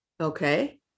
Okay